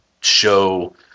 show